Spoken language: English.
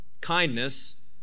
kindness